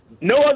no